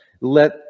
Let